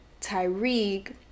tyreek